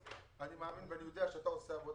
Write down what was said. אני מאמין ואני יודע שאתה עושה עבודה